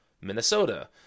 minnesota